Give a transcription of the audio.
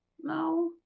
no